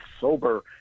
sober